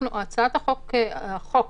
החוק